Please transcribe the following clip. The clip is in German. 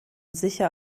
sicher